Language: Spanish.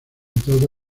todo